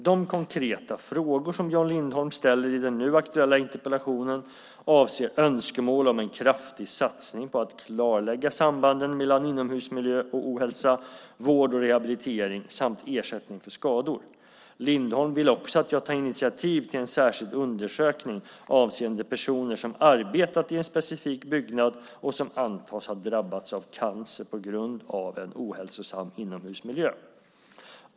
De konkreta frågor som Jan Lindholm ställer i den nu aktuella interpellationen avser önskemål om en kraftig satsning för att klarlägga sambanden mellan inomhusmiljö och ohälsa, vård och rehabilitering samt ersättning för skador. Lindholm vill också att jag tar initiativ till en särskild undersökning avseende personer som arbetat i en specifik byggnad och som antas ha drabbats av cancer på grund av en ohälsosam inomhusmiljö.